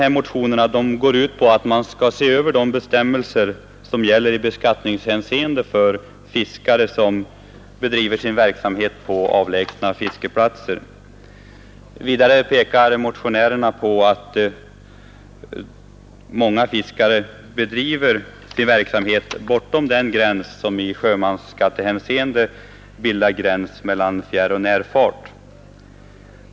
Båda motionerna går ut på att man skall se över de bestämmelser som gäller i beskattningshänseende för fiskare som bedriver sin verksamhet på avlägsna fiskeplatser. Vidare pekar motionärerna på att många fiskare bedriver sin verksamhet bortom den gräns, som i sjömansskattehänseende gäller mellan fjärroch närfart.